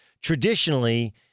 Traditionally